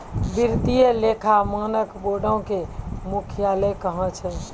वित्तीय लेखा मानक बोर्डो के मुख्यालय कहां छै?